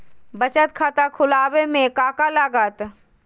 बचत खाता खुला बे में का का लागत?